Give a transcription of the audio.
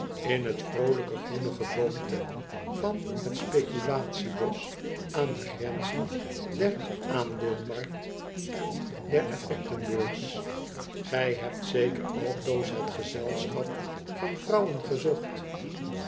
in het vroolijke groene geboomte van het speculatiebosch aan de grenzen der aandeel markt en der effectenbeurs gij hebt zeker altoos het gezelschap van vrouwen gezocht